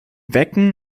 wecken